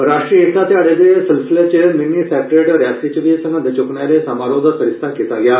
राष्ट्री एकता ध्याड़े दे सिलसिले च मिनी सैक्रेटेरिएट रियासी च बी सगंघ चुक्कने आहले समारोह दा सरिस्ता कीता गेआ